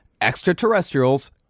Extraterrestrials